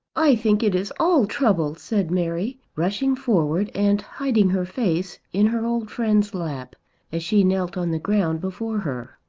i think it is all trouble, said mary, rushing forward and hiding her face in her old friend's lap as she knelt on the ground before her.